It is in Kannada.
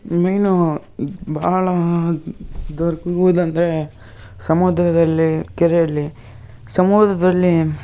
ಮೀನು ಭಾಳ ದೊರಕುವುದೆಂದರೆ ಸಮುದ್ರದಲ್ಲಿ ಕೆರೆಯಲ್ಲಿ ಸಮುದ್ರದಲ್ಲಿ